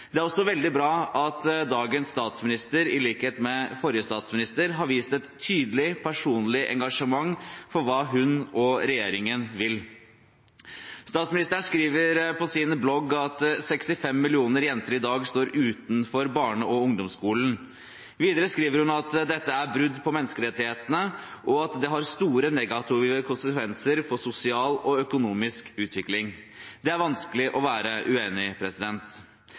Det er også veldig bra at dagens statsminister – i likhet med forrige statsminister – har vist et tydelig personlig engasjement for hva hun og regjeringen vil. Statsministeren skriver på sin blogg at 65 millioner jenter i dag står utenfor barne- og ungdomsskolen. Videre skriver hun at dette er brudd på menneskerettighetene, og at det har store negative konsekvenser for sosial og økonomisk utvikling. Det er vanskelig å være uenig.